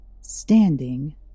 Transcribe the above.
Standing